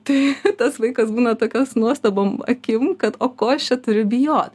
tai tas vaikas būna tokios nuostabom akim kad o ko aš čia turiu bijot